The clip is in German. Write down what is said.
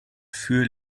für